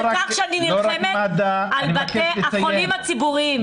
העיקר שאני נלחמת על בתי החולים הציבוריים.